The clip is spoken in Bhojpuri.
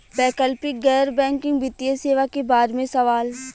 वैकल्पिक गैर बैकिंग वित्तीय सेवा के बार में सवाल?